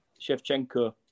Shevchenko